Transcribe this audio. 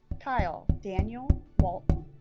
kyle daniel walton